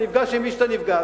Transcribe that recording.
אתה נפגש עם מי שאתה נפגש,